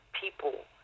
people